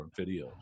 videos